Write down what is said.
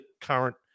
current